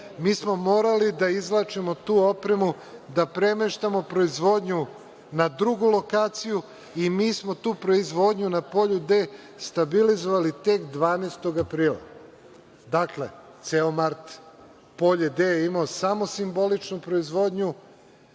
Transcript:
Morali smo da izvlačimo tu opremu, da premeštamo proizvodnju na drugu lokaciju i tu smo proizvodnju na Polju D stabilizovali tek 12. aprila. Dakle, ceo mart Polje D je imalo samo simboličnu proizvodnju